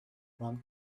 one